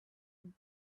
and